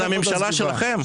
זו הממשלה שלכם.